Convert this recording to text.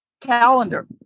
calendar